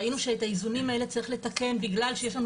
ראינו שאת האיזונים האלה צריך לתקן בגלל שיש לנו